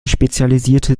spezialisierte